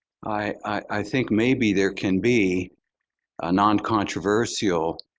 i think maybe there can be a non-controversial